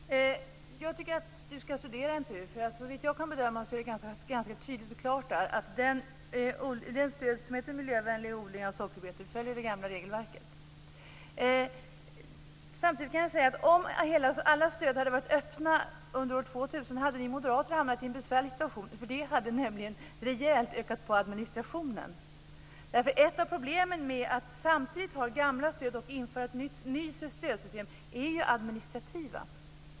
Herr talman! Jag tycker att Roy Hansson ska studera MPU. Såvitt jag kan bedöma står det ganska tydligt och klart där att det stöd som heter stöd till miljövänlig odling av sockerbetor följer det gamla regelverket. Samtidigt kan jag säga att om alla stöd hade varit öppna under år 2000 hade ni moderater hamnat i en besvärlig situation, för det hade nämligen rejält ökat på administrationen. Ett av problemen med att samtidigt ha det gamla stödet och införa ett nytt stödsystem är administrationen.